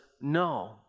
no